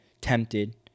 tempted